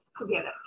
together